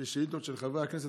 לגבי שאילתות של חברי הכנסת.